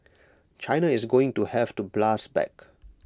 China is going to have to blast back